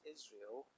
Israel